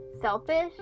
selfish